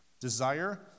desire